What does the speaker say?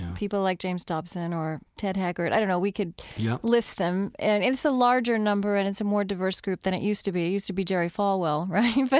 people like james dobson or ted haggard i don't know, we could yeah list them and it's a larger number and it's a more diverse group than it used to be. it used to be jerry falwell, right? and but